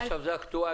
עכשיו זה אקטואלי.